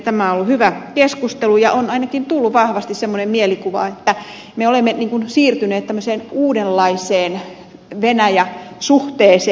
tämä on ollut hyvä keskustelu ja on ainakin tullut vahvasti semmoinen mielikuva että me olemme siirtyneet tämmöiseen uudenlaiseen venäjä suhteeseen